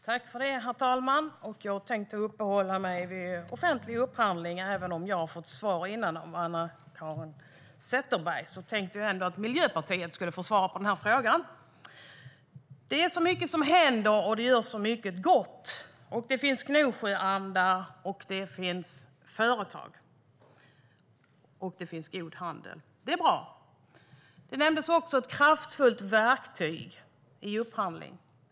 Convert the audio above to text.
Herr talman! Jag tänkte uppehålla mig vid offentlig upphandling. Även om jag fick svar tidigare av Anna-Caren Sätherberg tänkte jag att Miljöpartiet skulle få svara på frågan. Det är mycket som händer, och det görs mycket gott. Det finns gnosjöanda, företag och god handel. Det är bra. Det nämndes också ett kraftfullt verktyg i upphandling.